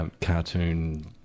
cartoon